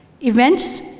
events